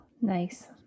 Nice